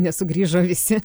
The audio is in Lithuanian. nesugrįžo visi